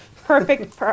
Perfect